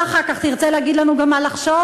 מה אחר כך, תרצה להגיד לנו גם מה לחשוב?